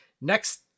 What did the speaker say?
Next